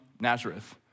Nazareth